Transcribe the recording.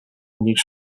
niż